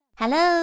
Hello